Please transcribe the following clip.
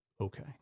Okay